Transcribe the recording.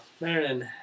Marin